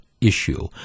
issue